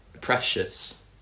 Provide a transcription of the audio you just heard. precious